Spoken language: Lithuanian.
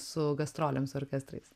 su gastrolėm su orkestrais